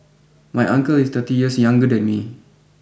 my uncle is thirty years younger than me